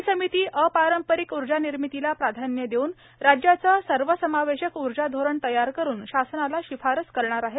ही समिती अपारंपरिक ऊर्जानिर्मितीला प्राधान्य देऊन राज्याचं सर्वसमावेशक ऊर्जा धोरण तयार करून शासनाला शिफारस करणार आहे